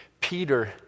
Peter